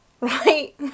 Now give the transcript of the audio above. Right